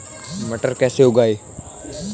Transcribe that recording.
मटर कैसे उगाएं?